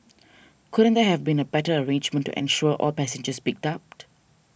couldn't there have been a better arrangement to ensure all passengers picked up